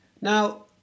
Now